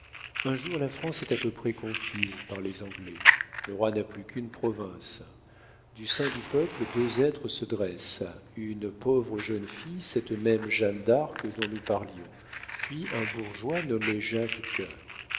un jour la france est à peu près conquise par les anglais le roi n'a plus qu'une province du sein du peuple deux êtres se dressent une pauvre jeune fille cette même jeanne d'arc dont nous parlions puis un bourgeois nommé jacques